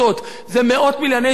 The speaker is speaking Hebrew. זה מאות מיליוני שקלים.